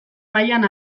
mailan